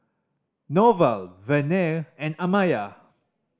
Norval Verner and Amaya